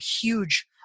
huge